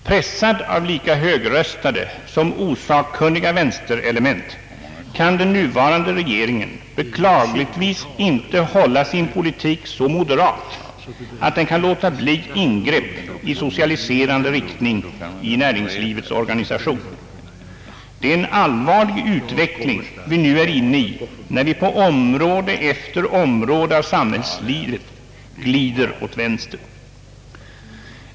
Pressad av lika högröstade som osakkunniga vänsterelement kan den nuvarande regeringen beklagligtvis inte hålla sin politik så moderat att den kan låta bli ingrepp i socialiserande riktning i näringslivets organisation. Det är en allvarlig utveckling vi nu är inne i när vi på område efter område av samhällslivet glider åt vänster.